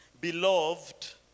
Beloved